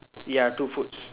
ya two foods